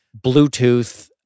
Bluetooth